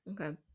Okay